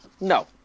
No